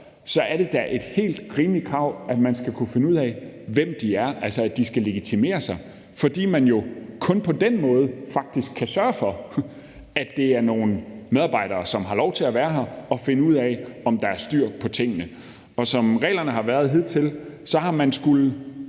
møder medarbejdere, skal man kunne finde ud af, hvem de er, altså at de skal legitimere sig, fordi man jo kun på den måde faktisk kan sørge for, at det er nogle medarbejdere, som har lov til at være her, og finde ud af, om der er styr på tingene. Det er da et helt rimeligt